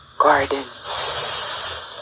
gardens